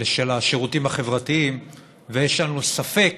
של השירותים החברתיים ויש לנו ספק